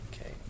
Okay